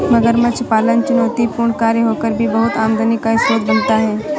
मगरमच्छ पालन चुनौतीपूर्ण कार्य होकर भी बहुत आमदनी का स्रोत बनता है